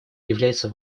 является